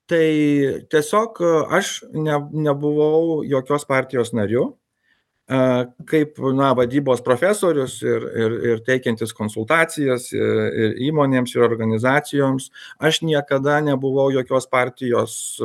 tai tiesiog aš ne nebuvau jokios partijos nariu a kaip na vadybos profesorius ir ir ir teikiantis konsultacijas e ir įmonėms ir organizacijoms aš niekada nebuvau jokios partijos